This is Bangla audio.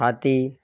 হাতি